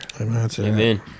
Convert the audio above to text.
Amen